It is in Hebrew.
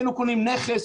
היינו קונים נכס,